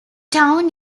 town